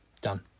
Done